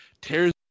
tears